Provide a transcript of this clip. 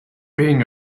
being